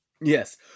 Yes